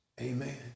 amen